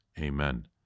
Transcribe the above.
Amen